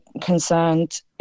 concerned